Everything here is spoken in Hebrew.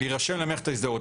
להירשם למערכת ההזדהות.